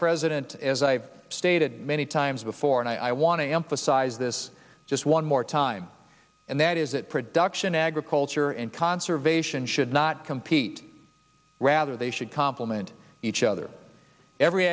president as i have stated many times before and i want to emphasize this just one more time and that is that production agriculture and conservation should not compete rather they should complement each other every